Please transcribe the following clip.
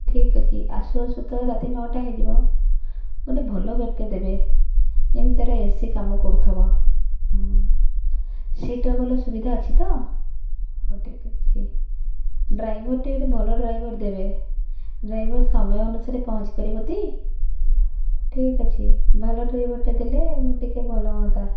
ଠିକ୍ ଅଛି ଆସୁ ଆସୁ ତ ରାତି ନଅଟା ହେଇଯିବ ଗୋଟେ ଭଲ ଗାଡ଼ିଟେ ଦେବେ ଯେମିତି ତା'ର ଏ ସି କାମ କରୁଥବ ସିଟ୍ର ଭଲ ସୁବିଧା ଅଛି ତ ହଉ ଠିକ୍ ଅଛି ଡ୍ରାଇଭରଟେ ଗୋଟେ ଭଲ ଡ୍ରାଇଭର ଦେବେ ଡ୍ରାଇଭର ସମୟ ଅନୁସାରେ ପହଞ୍ଚିପାରିବ ଟି ଠିକ୍ ଅଛି ଭଲ ଡ୍ରାଇଭରଟେ ଦେଲେ ମୁଁ ଟିକିଏ ଭଲ ହୁଅନ୍ତା